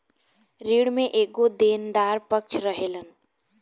ऋण में एगो देनदार पक्ष रहेलन